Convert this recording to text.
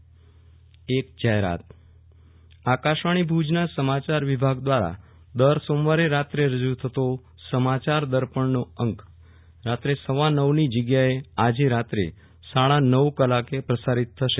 વિરલ રાણા જાહેરાત આકાશવાણી ભુજના સમાચાર વિભાગ દ્રારા દર સોમવારે રાત્રે રજુ થતો સમાચાર દર્પણનો અંક સવાનવ ની જગ્યાએ આજે રાત્રે સાડા નવ કલાકે પ્રસારીત થસે